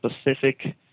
specific